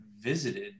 visited